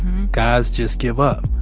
guys just give up.